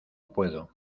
puedo